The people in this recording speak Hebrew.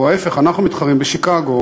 או ההפך, אנחנו מתחרים בשיקגו.